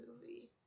movie